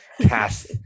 cast